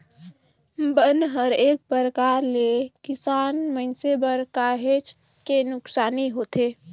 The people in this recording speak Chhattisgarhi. बन हर एक परकार ले किसान मइनसे बर काहेच के नुकसानी होथे